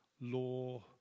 law